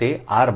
ચોરસ D 3 ચોરસ